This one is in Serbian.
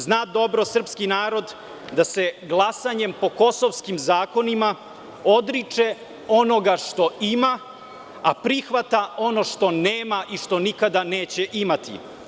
Zna dobro srpski narod da se glasanjem po kosovskim zakonima odriče onoga što ima, a prihvata ono što nema i što nikada neće imati.